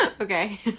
Okay